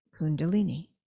Kundalini